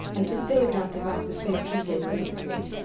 and to save dr. whacker's face he played the hypocrite.